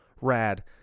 Rad